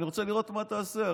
אני רוצה לראות מה תעשה,